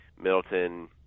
Middleton